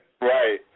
right